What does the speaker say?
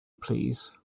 please